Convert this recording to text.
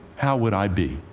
how would i be?